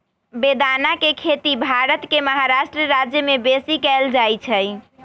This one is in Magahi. बेदाना के खेती भारत के महाराष्ट्र राज्यमें बेशी कएल जाइ छइ